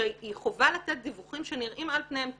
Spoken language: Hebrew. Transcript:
שחובה לתת דיווחים שנראים על פניהם טכניים: